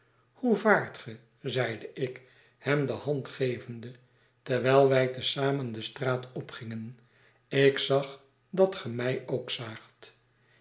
hoe vaart ge zeide ik hem de hand gevende terwijl wij te zamen de straat opgingen ik zag dat ge mij ook zaagt